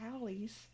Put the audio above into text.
alleys